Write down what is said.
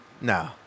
No